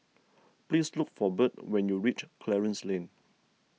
please look for Birt when you reach Clarence Lane